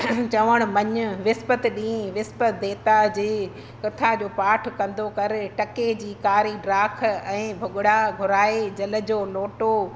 चवणु मञु विसपति ॾींहुं विसपति देवता जे कथा जो पाठ कंदो कर टके जी कारी डाख ऐं भुॻिड़ा घुराए जल जो लोटो